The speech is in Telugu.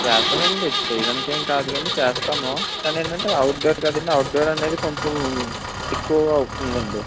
చేస్తామండి చెయ్యడానికేం కాదు కాని చేస్తాము కానీఏంటంటే అవుట్ డోర్ కదండి అవుట్ డోర్ అనేది కొంచెం ఎక్కువగా అవుతుందండి